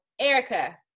Erica